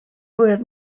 hwyr